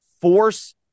force